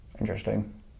interesting